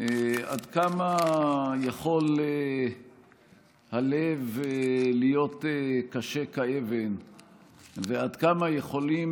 עד כמה יכול הלב להיות קשה כאבן ועד כמה יכולים